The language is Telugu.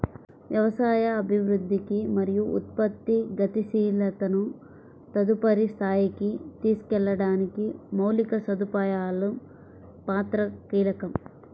వ్యవసాయ అభివృద్ధికి మరియు ఉత్పత్తి గతిశీలతను తదుపరి స్థాయికి తీసుకెళ్లడానికి మౌలిక సదుపాయాల పాత్ర కీలకం